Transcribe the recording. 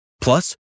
Plus